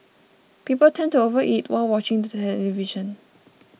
people tend to overeat while watching the television